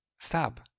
stop